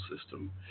system